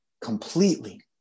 completely